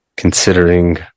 considering